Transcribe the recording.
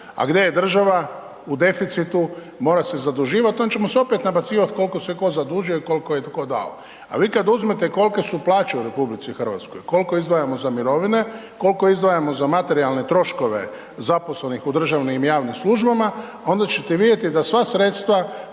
A gdje je država? U deficitu, mora se zaduživati, onda ćemo se opet nabacivati koliko se tko zadužio i koliko je tko dao. A vi kad uzmete kolike su plaće u RH, koliko izdajemo za mirovine, koliko izdvajamo za materijalne troškove zaposlenih u državnim i javnim službama, onda ćete vidjeti da sva sredstva